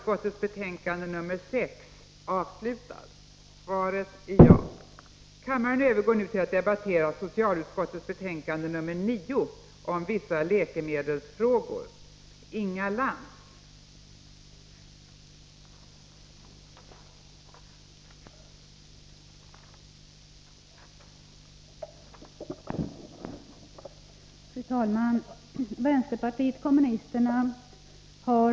Kammaren övergår nu till att debattera skatteutskottets betänkande 5 om begränsning av småhusoch lägenhetsägarnas uppgiftsoch avgiftsskyldighet m.m.